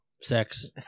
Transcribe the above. Sex